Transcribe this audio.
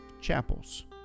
chapels